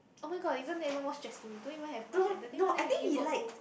oh-my-god isn't that even more stressful you don't even have much entertainment then you only work home